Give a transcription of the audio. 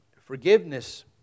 forgiveness